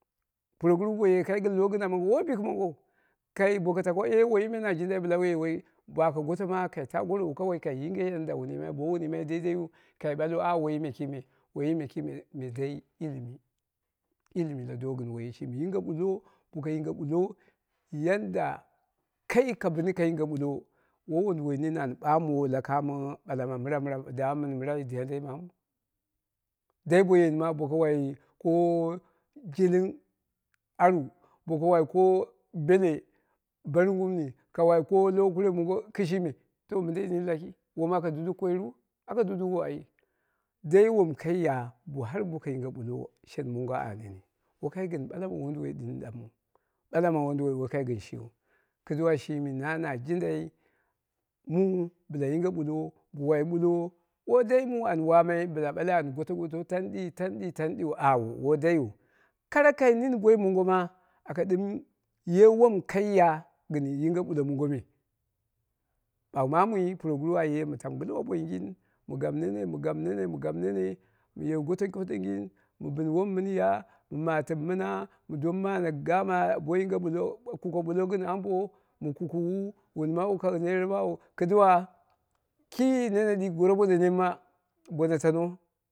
Puroguru bo ye kai gɨn lo gɨna mongo woi bikɨmongou, kai boko tako ɗe woiyi me na jindai bɨla wuye woi ba aka goto ma kai ta gorowu kai yinge yadda wun yimai bo wo wun yimmaiyu adidaiyu kai balwa awo woiyi me kime, woiyi me kime, ilimi na do gɨn woiyi shimi, yinge ɗullo yadda kai ka bɨni ka yinge ɓullo woi wonduwoi nini an ɓa mowo la kamo ɓala ma mɨra mɨra ma dama mɨn mɨrai diyandai mammui dai bo yeni ma boko wai ko jilling aru boko wai ko belle barungumni ka wai ko lo kune mongo kɨshimi to mindei wom aka duduk koiru, dai wom ka ya bo har yinge bullo shenmongo a aneni, wo kai gɨn bala ma wonduwoi dɨm ɗangnghu, woi kai gɨn shiu, kɨduwa shimi na na jindai mua bɨla yinge ɓullo woi daimu an waana bɨla ɓale an goto goto tan di, tan ɗiltan ɗɨu an wo kara kai nini boimongo ma aka ɗɨm ye wom kai ya gɨn yinge ɓullo mongo me bagh maamu puroguru aye mɨ tamu gɨlwa boingin, mɨ gamu nene, mu gamu nene, mu gamu nene, mu ye gobo gotongin, mɨ bɨn wom mɨn ya, mɨ matɨmu mɨna, mɨ domu mane yama bo yinge bulo ma kuke ɓullo gɨn ka ambo, mɨ kukuwu wun ma mɨ kang ner mawu kɨduwa ki nene ɗi goro moɗi neema bono tano.